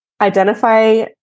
identify